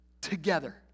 together